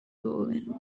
swollen